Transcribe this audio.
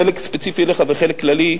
חלק ספציפי אליך וחלק כללי,